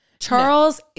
Charles